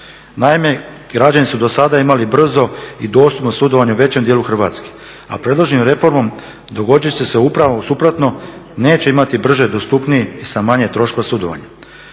Naime, građani su do sada imali brzo i dostupno sudovanje u većem dijelu Hrvatske a predloženom reformom dogoditi će se upravo suprotno, neće imati brži, dostupniji i sa manje troškova sudovanja.